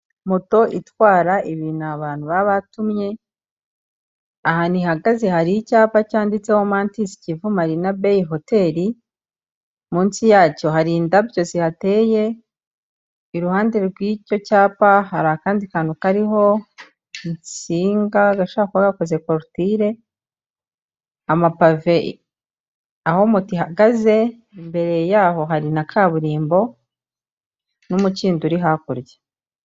Moto itwara ibintu abantu baba batumye, ahantu ihagaze hari icyapa cyanditseho mantisi kivu marina beyi hoteli, munsi yacyo hari indabyo zihateye, iruhande rw'icyo cyapa hari akandi kantu kariho insinga gashobora kuba gakoze korutire, amapave aho moto ihagaze imbere yaho hari na kaburimbo n'umukindo uri hakurya.